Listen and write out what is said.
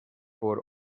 por